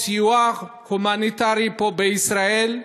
סיוע הומניטרי פה בישראל,